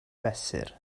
fesur